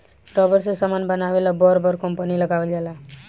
rubber से समान बनावे ला बर बर कंपनी लगावल बा